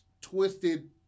twisted